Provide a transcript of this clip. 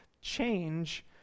change